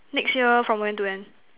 next year from when to when